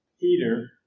Peter